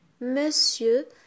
monsieur